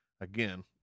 again